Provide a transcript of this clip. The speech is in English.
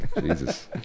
Jesus